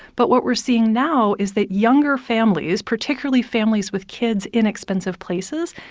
but what we're seeing now is that younger families, particularly families with kids in expensive places,